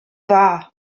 dda